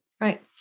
Right